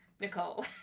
Nicole